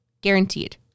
guaranteed